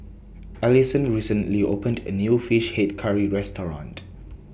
Allyson recently opened A New Fish Head Curry Restaurant